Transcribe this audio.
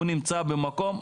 הוא נמצא במקום ,